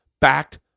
backed